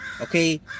Okay